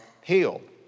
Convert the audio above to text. healed